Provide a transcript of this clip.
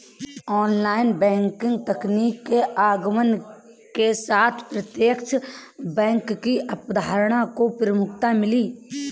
online banking तकनीक के आगमन के साथ प्रत्यक्ष बैंक की अवधारणा को प्रमुखता मिली